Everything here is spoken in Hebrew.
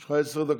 יש לך עשר דקות.